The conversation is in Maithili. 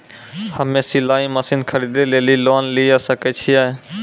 हम्मे सिलाई मसीन खरीदे लेली लोन लिये सकय छियै?